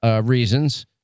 reasons